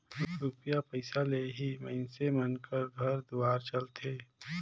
रूपिया पइसा ले ही मइनसे मन कर घर दुवार चलथे